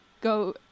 Go